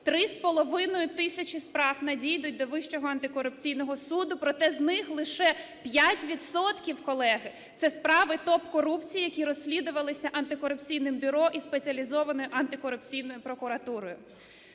тисячі справ надійдуть до Вищого антикорупційного суду. Проте, з них лише 5 відсотків, колеги, – це справи топ-корупції, які розслідувалися антикорупційним бюро і Спеціалізованою антикорупційною прокуратурою.